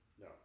No